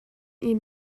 inn